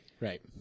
Right